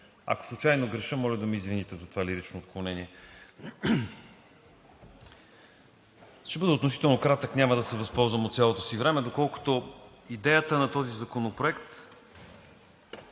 Ако случайно греша, моля да ме извините за това лирично отклонение. Ще бъда относително кратък и няма да се възползвам от цялото си време, доколкото идеята на този законопроект